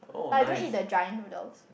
like I don't eat the dry noodles